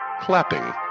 Clapping